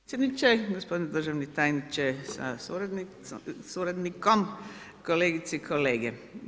Predsjedniče, gospodine državni tajniče sa suradnikom, kolegice i kolege.